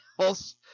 else